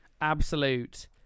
Absolute